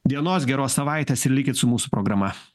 dienos geros savaitės ir likit su mūsų programa